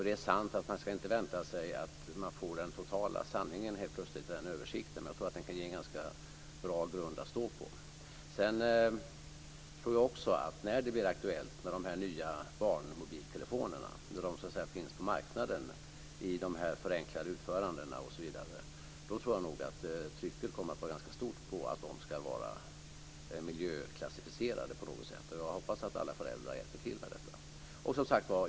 Det är sant att man inte ska vänta sig att man får den totala sanningen helt plötsligt i den översikten, men jag tror att den kan ge en ganska bra grund att stå på. När det blir aktuellt med de nya barnmobiltelefonerna - när de finns på marknaden i dessa förenklade utföranden - tror jag nog att trycket kommer att vara ganska stort på att de ska vara miljöklassificerade på något sätt. Jag hoppas att alla föräldrar hjälper till med detta.